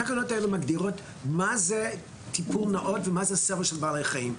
התקנות האלה מגדירות מה זה טיפול נאות ומה זה סבל של בעלי חיים.